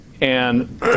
And-